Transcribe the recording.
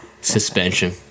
suspension